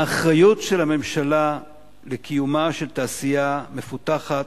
האחריות של הממשלה לקיומה של תעשייה מפותחת,